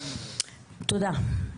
תודה.